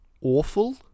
awful